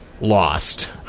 lost